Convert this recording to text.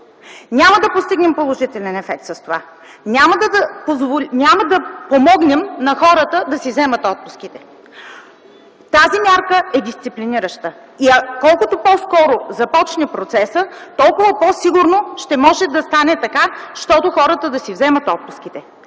Няма да постигнем положителен ефект с това. Няма да помогнем на хората да си вземат отпуските. Тази мярка е дисциплинираща и колкото по-скоро започне процесът, толкова по-сигурно ще може да стане така, защото хората да си вземат отпуските.